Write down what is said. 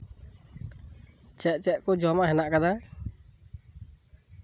ᱪᱮᱫ ᱪᱮᱫ ᱠᱚ ᱡᱚᱢᱟᱜ ᱦᱮᱱᱟᱜ ᱟᱠᱟᱫᱟ